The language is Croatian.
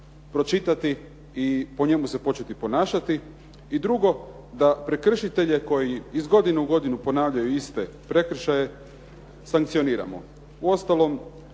pročitati i po njemu se početi ponašati. I drugo, da prekršitelje koji iz godine u godinu ponavljaju iste prekršaje sankcioniramo. Uostalom,